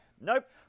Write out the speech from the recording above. Nope